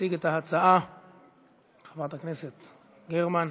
תציג את ההצעה חברת הכנסת גרמן.